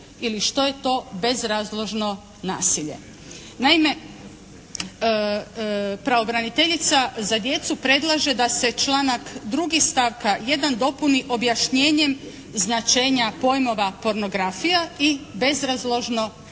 ili što je to bezrazložno nasilje. Naime, pravobraniteljica za djecu predlaže da se članak 2. stavka 1. dopuni objašnjenjem značenja pojmova pornografija i bezrazložno nasilje.